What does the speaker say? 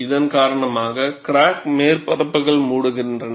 இதன் காரணமாக கிராக் மேற்பரப்புகள் மூடுகின்றன